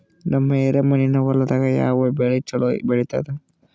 ನಮ್ಮ ಎರೆಮಣ್ಣಿನ ಹೊಲದಾಗ ಯಾವ ಬೆಳಿ ಚಲೋ ಬೆಳಿತದ?